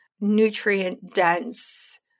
nutrient-dense